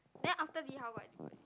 then after li-hao got anybody